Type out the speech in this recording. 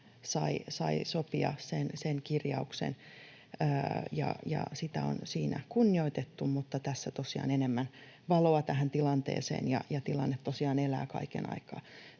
sai sopia sen kirjauksen, ja sitä on siinä kunnioitettu. Tässä tosiaan enemmän valoa tähän tilanteeseen, ja tilanne tosiaan elää kaiken aikaa.